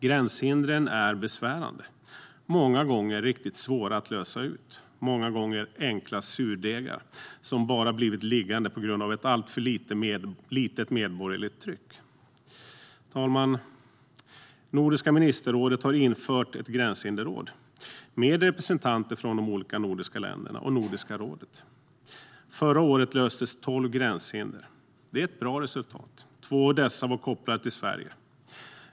Gränshindren är besvärande, många gånger riktigt svåra att lösa, många gånger enkla surdegar som bara blivit liggande på grund av ett alltför litet medborgerligt tryck. Herr talman! Nordiska ministerrådet har infört ett gränshinderråd med representanter från de olika nordiska länderna och Nordiska rådet. Förra året löstes 12 gränshinder, och det är ett bra resultat. Två av dessa var kopplade till Sverige.